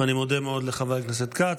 אני מודה מאוד לחבר הכנסת כץ.